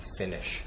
finish